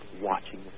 watching